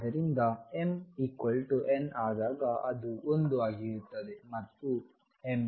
ಆದ್ದರಿಂದmnಆದಾಗ ಅದು 1 ಆಗಿರುತ್ತದೆ